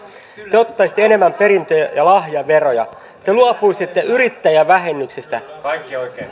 te ottaisitte enemmän perintö ja ja lahjaveroja te luopuisitte yrittäjävähennyksistä